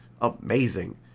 amazing